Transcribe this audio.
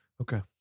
Okay